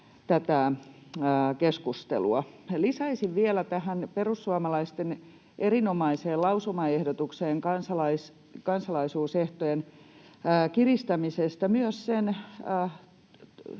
tätä keskustelua. Lisäisin vielä tähän perussuomalaisten erinomaiseen lausumaehdotukseen kansalaisuusehtojen kiristämisestä sen